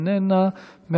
אינה נוכחת.